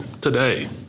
today